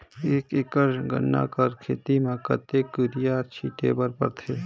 एक एकड़ गन्ना कर खेती म कतेक युरिया छिंटे बर पड़थे?